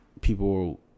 people